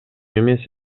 эмес